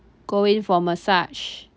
go in for massage